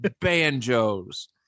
banjos